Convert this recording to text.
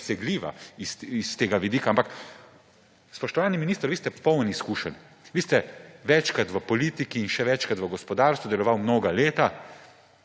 nedosegljiva s tega vidika. Ampak, spoštovani minister, vi ste polni izkušenj. Vi ste večkrat v politiki in še večkrat v gospodarstvu delovali mnoga leta